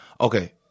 Okay